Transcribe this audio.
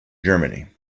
germany